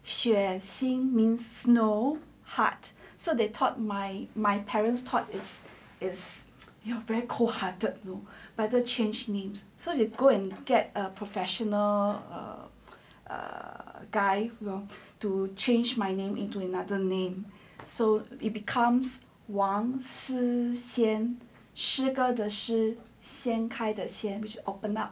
雪心 means snow heart so they thought my my parents thought is is err very cold hearted though better change names so they go and get a professional err a guy you know to change my name into another name so it becomes 王诗掀诗歌的诗掀开的掀 which is open up